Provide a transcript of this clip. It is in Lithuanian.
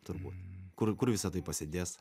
turbūt kur kur visa tai pasidės